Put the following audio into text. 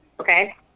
Okay